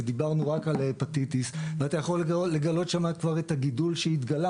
ודיברנו רק על הפטיטיס ואתה יכול לגלות שם כבר את הגידול שהתגלה